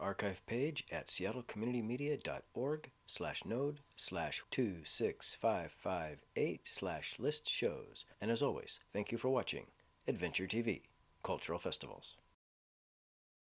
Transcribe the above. archive page at seattle community media dot org slash node slash two six five five eight slash list shows and as always thank you for watching adventure t v cultural festivals